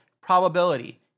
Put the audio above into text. probability